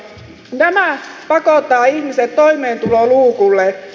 nämä pakottavat ihmiset toimeentuloluukulle